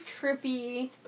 trippy